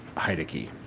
hideki